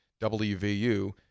WVU